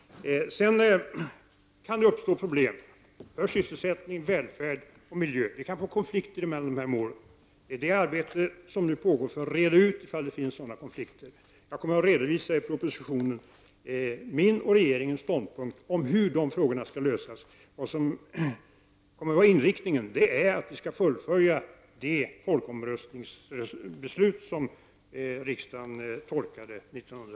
Sedan kan det uppstå problem för sysselsättning, välfärd och miljö. Det kan uppstå konflikter mellan målen på de områdena. Arbete pågår nu för att utreda om det föreligger sådana konflikter. Jag kommer i propositionen att redovisa min och regeringens uppfattning om hur de problemen skall lösas. Inriktningen kommer att vara att vi skall fullfölja folkomröstningsbeslutet från 1979/80 som riksdagen tolkade det.